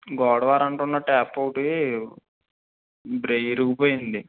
గోడ వారంట ఉన్న ట్యాపు ఒకటి బ్రే విరిగిపోయింది